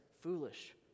foolish